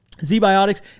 Z-Biotics